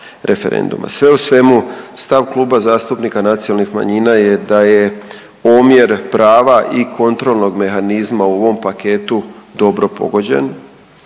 Sve u svemu stav Kluba zastupnika nacionalnih manjina je da je omjer prava i kontrolnog mehanizma u ovom paketu dobro pogođen